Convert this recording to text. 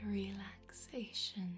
relaxation